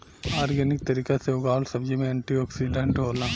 organic तरीका से उगावल सब्जी में एंटी ओक्सिडेंट होला